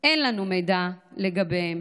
אין לנו מידע לגביהם.